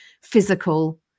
physical